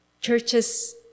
churches